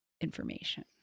information